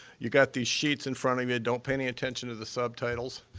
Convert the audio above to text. you got these sheets in front of you don't pay any attention to the subtitles.